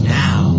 now